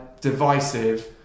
divisive